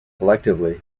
collectively